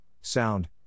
sound